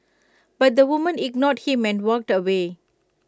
but the woman ignored him and walked away